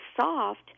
soft